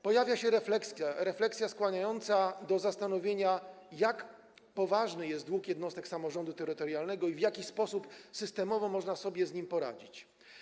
Pojawia się refleksja skłaniająca do zastanowienia, jak poważny jest dług jednostek samorządu terytorialnego i w jaki sposób systemowo można sobie z nim poradzić.